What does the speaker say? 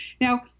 Now